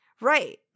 right